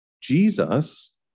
Jesus